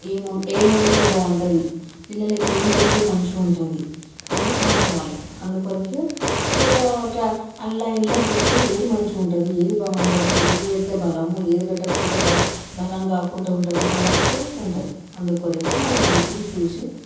ఏమి ఏమి వండితే బావుంటుంది పిల్లలకి ఏమి పెడితే మంచిగా ఉంటుంది అని అనుకోవాలి అందుకొరకే జరా ఇట్ల ఆన్లైన్లో చూస్తే ఏది మంచిగా ఉంటుంది ఏది బాగుంటుంది ఏది పెడితే బలం ఏది పెట్టకపోతే బా బలం కాకుండా ఉంటుంది అనట్టు ఉంటుంది అందుకొరకు మనం మంచిది చూసి